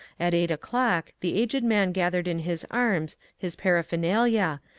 at eight o'clock the aged man gathered in his arms his para phernalia,